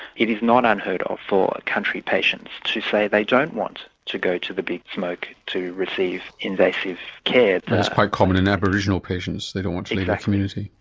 it is not unheard of for country patients to say they don't want to go to the big smoke to receive invasive care. that's quite common in aboriginal patients, they don't want to leave their yeah community.